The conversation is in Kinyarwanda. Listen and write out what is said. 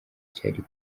cyari